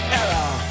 error